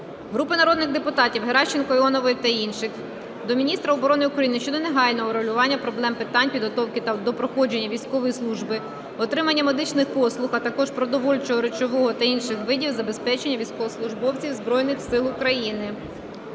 Групи народних депутатів (Геращенко, Іонової та інших) до міністра оборони України щодо негайного врегулювання проблемних питань підготовки до проходження військової служби, отримання медичних послуг, а також продовольчого, речового та інших видів забезпечення військовослужбовців Збройних Сил України.